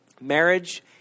Marriage